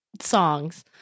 songs